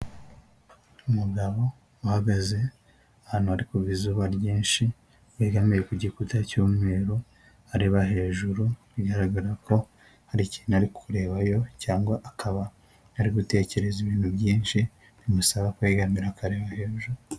Umugabo uhagaze ahantu hari kuva izuba ryinshi yegamiye ku gikuta cy'umweru areba hejuru, bigaragara ko hari ikintu ari kurebayo cyangwa akaba ari gutekereza ibintu byinshi bimusaba kwegamira akareba hejuru.